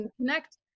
connect